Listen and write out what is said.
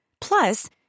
Plus